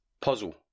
Puzzle